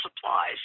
supplies